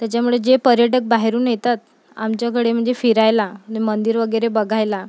त्याच्यामुळे जे पर्यटक बाहेरून येतात आमच्याकडे म्हणजे फिरायला मंदिर वगैरे बघायला